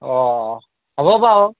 অঁ হ'ব বাৰু